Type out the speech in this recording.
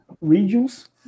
regions